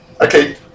Okay